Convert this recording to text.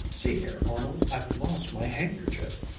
see here, arnold, i've lost my handkerchief.